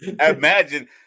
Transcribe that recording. imagine